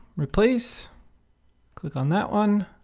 replace click on that one,